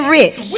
rich